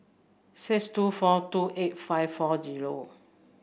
six two four two eight five four zero